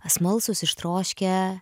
smalsūs ištroškę